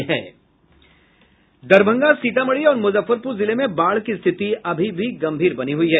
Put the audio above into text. दरभंगा सीतामढ़ी और मुजफ्फरपूर जिले में बाढ़ की स्थिति अभी भी गम्भीर बनी हुई है